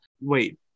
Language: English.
Wait